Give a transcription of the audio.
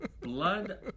Blood